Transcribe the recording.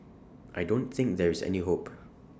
I don't think there is any hope